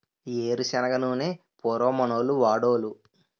ఏరు శనగ నూనె పూర్వం మనోళ్లు వాడోలు